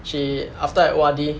she after I O_R_D